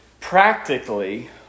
practically